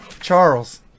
Charles